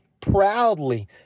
proudly